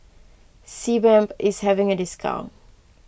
Sebamed is having a discount